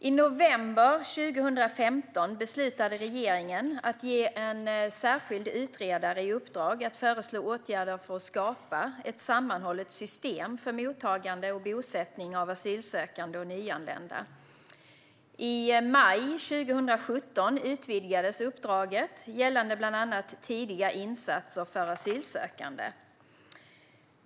I november 2015 beslutade regeringen att ge en särskild utredare i uppdrag att föreslå åtgärder för att skapa ett sammanhållet system för mottagande och bosättning av asylsökande och nyanlända. I maj 2017 utvidgades uppdraget gällande bland annat tidiga insatser för asylsökande.